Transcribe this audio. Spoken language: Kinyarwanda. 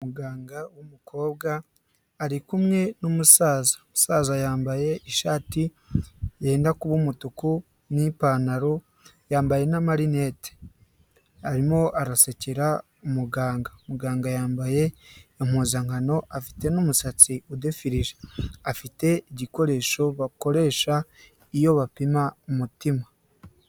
Umuganga w'umukobwa ari kumwe n'umusaza. Umusaza yambaye ishati yenda kuba umutuku n'ipantaro, yambaye n'amarinete. Arimo arasekera umuganga. Muganga yambaye impuzankano, afite n'umusatsi udefirije. Afite igikoresho bakoresha iyo bapima umutima.